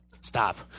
stop